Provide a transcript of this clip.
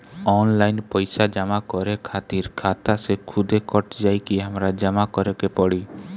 Online पैसा जमा करे खातिर खाता से खुदे कट जाई कि हमरा जमा करें के पड़ी?